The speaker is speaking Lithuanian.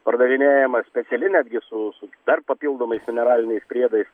pardavinėjama speciali netgi su su dar papildomais mineraliniais priedais